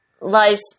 Life's